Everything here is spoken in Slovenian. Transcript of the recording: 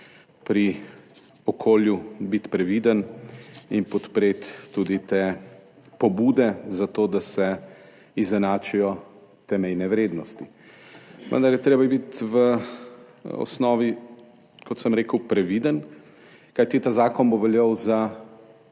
pri okolju biti previden in podpreti tudi te pobude za to, da se izenačijo te mejne vrednosti. Vendar je treba biti v osnovi, kot sem rekel, previden, kajti ta zakon bo veljal za